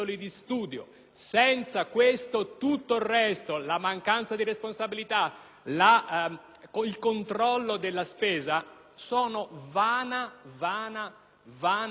Senza questo tutto il resto, la mancanza di responsabilità o il controllo della spesa sono vana coloritura